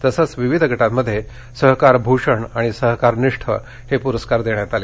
तसंच विविध गटांमध्ये सहकारभूषण आणि सहकारनिष्ठ हे पुरस्कार देण्यात आले